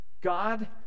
God